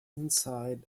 inside